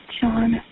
John